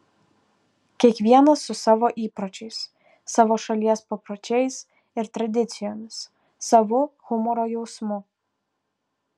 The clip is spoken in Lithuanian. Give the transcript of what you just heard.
kiekvienas su savo įpročiais savo šalies papročiais ir tradicijomis savu humoro jausmu